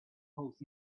post